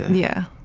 yeah.